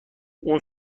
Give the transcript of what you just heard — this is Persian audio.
اون